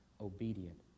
obedient